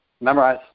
memorize